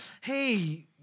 hey